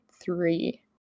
three